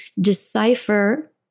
decipher